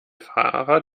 fahrer